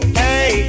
hey